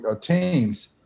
teams